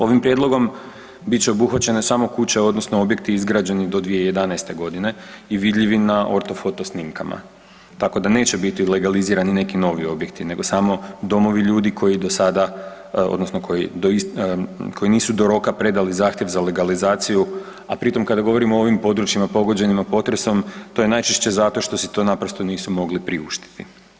Ovim prijedlogom bit će obuhvaćene samo kuće odnosno objekti izgrađeni do 2011.g. i vidljivi na ortofoto snimkama, tako da neće biti legalizirani neki novi objekti nego samo domovi ljudi koji do sada odnosno koji nisu do roka predali zahtjev za legalizaciju, a pri tom kada govorimo o ovim područjima pogođenima potresom to je najčešće zato što si to naprosto nisu mogli priuštiti.